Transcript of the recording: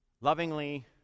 Lovingly